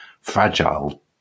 fragile